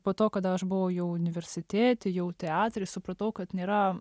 po to kad aš buvau jau universitete jau teatre supratau kad nėra